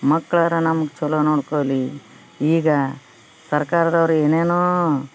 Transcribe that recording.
ಮಕ್ಕಳಾರ ನಮ್ಗ ಚಲೋ ನೋಡ್ಕೊಳ್ಳಿ ಈಗ ಸರ್ಕಾರದವ್ರು ಏನೇನೋ